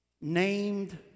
named